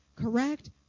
Correct